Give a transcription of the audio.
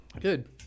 good